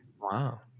Wow